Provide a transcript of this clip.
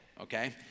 okay